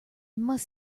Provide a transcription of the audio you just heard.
must